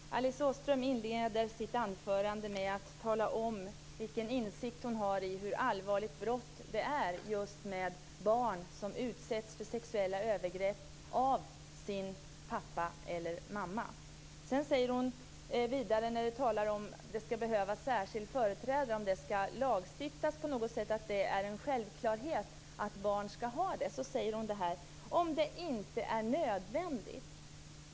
Fru talman! Alice Åström inledde sitt anförande med att tala om vilken insikt hon har i hur allvarligt brott det är med barn som utsätts för sexuella övergrepp av sin pappa eller mamma. När det sedan gäller om det ska lagstiftas om en särskild företrädare säger hon att det är en självklarhet "om det är nödvändigt".